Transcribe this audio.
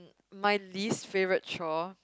my least favourite chore